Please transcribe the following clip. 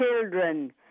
children